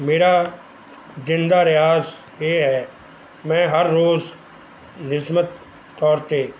ਮੇਰਾ ਦਿਨ ਦਾ ਰਿਆਸ ਇਹ ਹੈ ਮੈਂ ਹਰ ਰੋਜ਼ ਨਿਯਮਤ ਤੌਰ ਤੇ